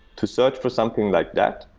to search for something like that,